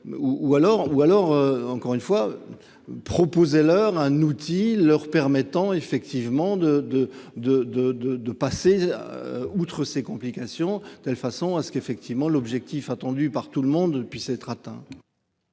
ou alors encore une fois. Proposez heure un outil leur permettant effectivement de de de de de de passer. Outre ces complications telle façon à ce qu'effectivement l'objectif attendu par tout le monde puisse être atteint.